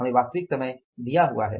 हमें वास्तविक समय दिया हुआ है